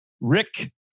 Rick